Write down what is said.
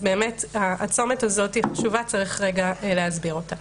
הצומת הזה חשוב, וצריך להסביר אותו.